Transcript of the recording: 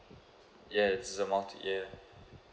yes it's a multi yeah